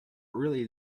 really